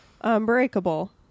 unbreakable